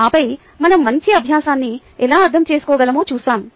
ఆపై మనం మంచి అభ్యాసాన్ని ఎలా అర్థం చేసుకోగలమో చూసాము